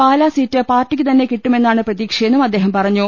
പാല seat പാർട്ടിക്കു തന്നെ കിട്ടുമെന്നാണ് പ്രതീക്ഷയെന്നും അദ്ദേഹം പറഞ്ഞു